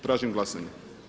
Tražim glasanje.